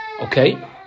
Okay